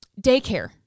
daycare